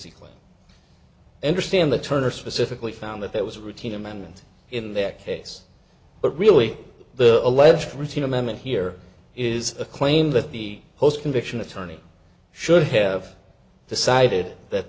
quite understand the turner specifically found that it was routine amendment in that case but really the alleged routine amendment here is a claim that the post conviction attorney should have decided that